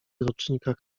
rocznikach